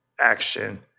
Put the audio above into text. action